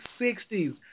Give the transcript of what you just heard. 60s